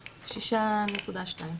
ל-6.2.